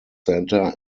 center